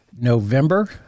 November